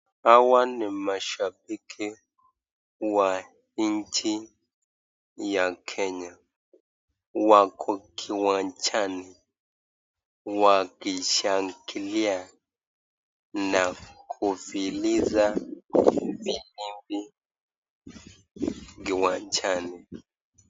Hawa ni mashabiki wa nchi ya kenya wako kiwanjani wakishangilia na kufiliza vilimbi kiwanjani.